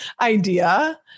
idea